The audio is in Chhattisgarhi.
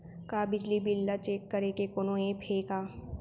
का बिजली बिल ल चेक करे के कोनो ऐप्प हे का?